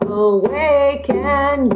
awaken